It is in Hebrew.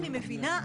אני מבינה,